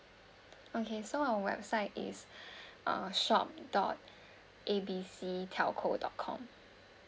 okay so our website is uh shop dot A B C telco dot com